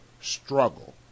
struggle